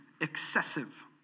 excessive